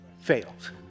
fails